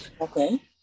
okay